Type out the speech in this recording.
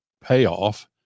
payoff